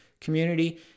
community